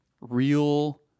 real